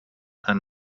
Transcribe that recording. and